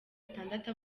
atandatu